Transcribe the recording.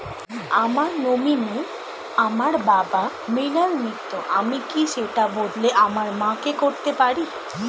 আমার নমিনি আমার বাবা, মৃণাল মিত্র, আমি কি সেটা বদলে আমার মা কে করতে পারি?